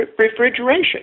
refrigeration